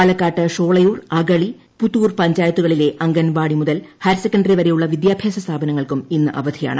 പാലക്കാട്ട് ഷോളയൂർ അഗളി പുതൂർപഞ്ചായത്തുകളിലെ അംഗൻവാടി മുതൽ ഹയർസെക്കൻഡറിവരെയുള്ള വിദ്യാഭ്യാസ സ്ഥാപനങ്ങൾക്കും ഇന്ന് അവധിയാണ്